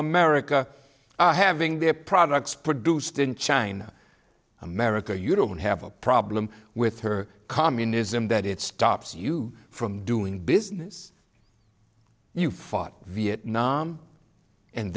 america having their products produced in china america you don't have a problem with her communism that it stops you from doing business you fight vietnam and